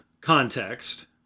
context